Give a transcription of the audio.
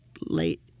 late